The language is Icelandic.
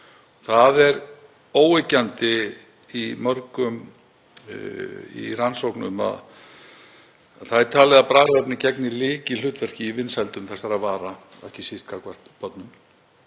Það er óyggjandi í mörgum rannsóknum að það er talið að bragðefni gegni lykilhlutverki í vinsældum þessara vara, ekki síst hjá börnum.